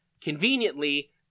conveniently